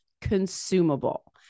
consumable